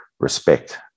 respect